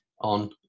on